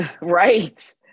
Right